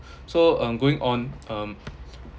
so I'm going on um